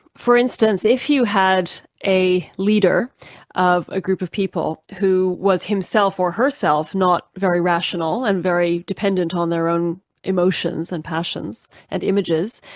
for instance, if you had a leader of a group of people who was himself or herself not very rational and very dependent on their own emotions and passions and images,